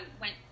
went